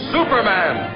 Superman